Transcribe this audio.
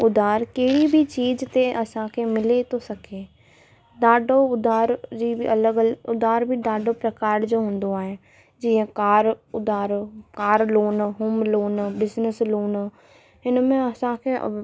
उधारु कहिड़ी बि चीज़ ते असांखे मिली थो सघे ॾाढो उधार जी बि अलॻि उधारु बि ॾाढो प्रकार जो हूंदो आहे जीअं कार उधारु car loan home loan business loan हिन में असांखे